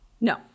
No